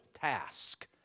task